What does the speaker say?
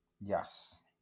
Yes